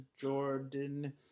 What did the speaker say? Jordan